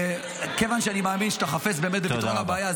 מכיוון שאני מאמין שאתה חפץ באמת בפתרון הבעיה,